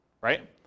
right